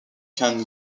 can